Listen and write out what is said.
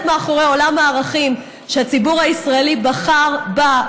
מאחורי עולם הערכים שלשמו הציבור הישראלי בחר בה,